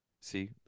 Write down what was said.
See